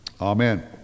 Amen